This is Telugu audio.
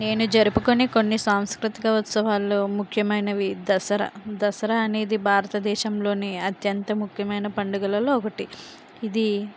నేను జరుపుకొనే కొన్ని సాంస్కృతిక ఉత్సవాల్లో ముఖ్యమైనవి దసరా దసరా అనేది భారతదేశంలోనే అత్యంత ముఖ్యమైన పండుగలలో ఒకటి ఇది